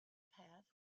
path